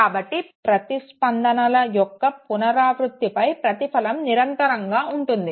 కాబట్టి ప్రతిస్పందనల యొక్క పునరావృత్తాపై ప్రతిఫలం నిరంతరంగా ఉంటుంది